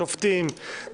שופטים,